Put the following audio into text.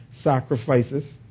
sacrifices